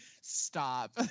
stop